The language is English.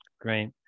Great